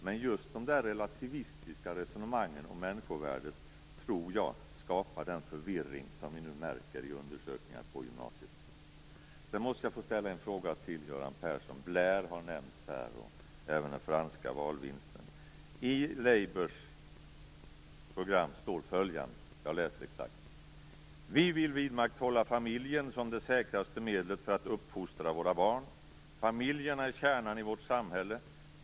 Men sådana här relativistiska resonemang om människovärdet tror jag skapar den förvirring vi nu märker i undersökningarna på gymnasieskolorna. Jag måste ställa en fråga till Göran Persson. Blair har nämnts här, och även den franska valvinsten. I Labours program står följande: Vi vill vidmakthålla familjen som det säkraste medlet för att uppfostra våra barn. Familjerna är kärnan i vårt samhälle.